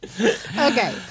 Okay